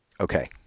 Okay